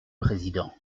président